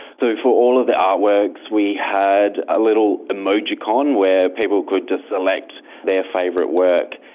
so for all of the artworks we had a little emojicon where people could just select their favourite work,